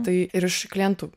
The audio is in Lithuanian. tai ir iš klientų